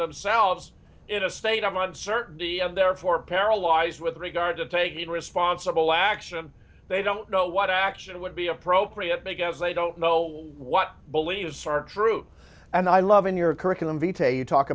themselves in a state on certainty and therefore paralyzed with regard to taking responsible action they don't know what action would be appropriate because they don't know what beliefs are true and i love in your curriculum detail you talk